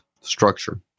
structure